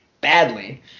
badly